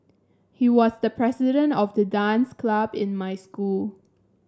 he was the president of the dance club in my school